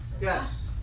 Yes